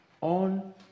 on